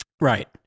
Right